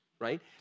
right